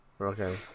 Okay